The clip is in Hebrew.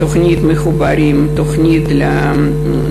לפתוח תוכנית "מחוברים",